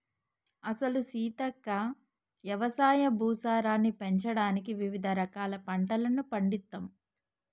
అసలు సీతక్క యవసాయ భూసారాన్ని పెంచడానికి వివిధ రకాల పంటలను పండిత్తమ్